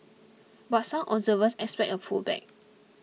but some observers expect a pullback